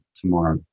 tomorrow